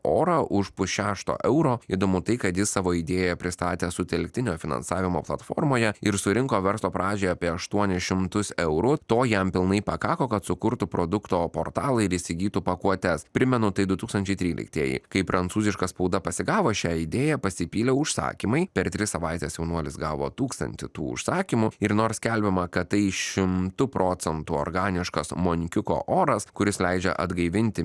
orą už pusšešto euro įdomu tai kad jis savo idėją pristatė sutelktinio finansavimo platformoje ir surinko verslo pradžią apie aštuonis šimtus eurų to jam pilnai pakako kad sukurtų produkto portalą ir įsigytų pakuotes primenu tai du tūkstančiai tryliktieji kai prancūziška spauda pasigavo šią idėją pasipylė užsakymai per tris savaites jaunuolis gavo tūkstantį tų užsakymų ir nors skelbiama kad tai šimtu procentų organiškas monikiuko oras kuris leidžia atgaivinti